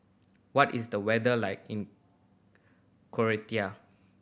what is the weather like in Croatia